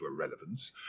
irrelevance